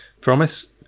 promise